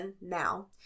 now